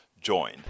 join